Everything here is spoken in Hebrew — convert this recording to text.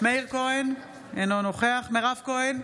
מאיר כהן, אינו נוכח מירב כהן,